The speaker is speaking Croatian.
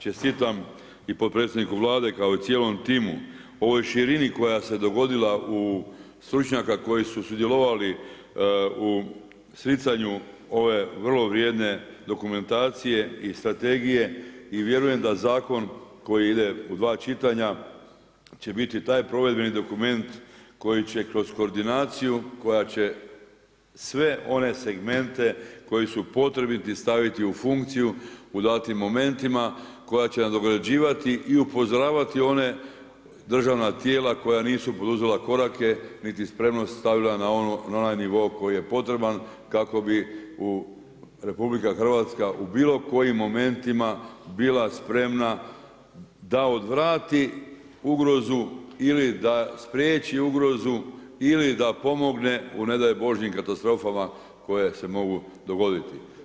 Čestitam i potpredsjedniku Vlade kao i cijelom timu, ovoj širini koja se dogodila u stručnjaka koji su sudjelovali u sticanju ove vrlo vrijedne dokumentacije i strategije i vjerujem da zakon koji ide u dva čitanja će biti taj provedbeni dokument koji će kroz koordinaciju koja će sve one segmente koji su potrebiti staviti u funkciju u datim momentima, koja će nadograđivati i upozoravati ona državna tijela koja nisu poduzela korake niti spremno stavila na onaj nivo koji je potreban kako bi RH u bilo kojim momentima bila spremna da odvrati ugrozu ili da spriječi ugrozu ili da pomogne u ne daj Bože katastrofama koje se mogu dogoditi.